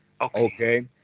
Okay